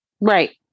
Right